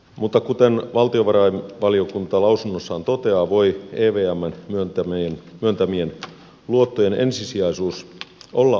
mutta kuten valtiovarainvaliokunta lausunnossaan toteaa voi evmn myöntämien luottojen ensisijaisuus olla ongelma yksityisten rahoittajien näkökulmasta